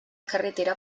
carretera